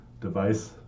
device